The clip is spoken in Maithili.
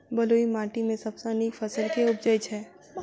बलुई माटि मे सबसँ नीक फसल केँ उबजई छै?